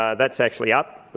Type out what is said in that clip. ah that's actually up.